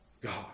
God